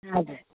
हजुर